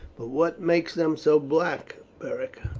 but what makes them so black, beric?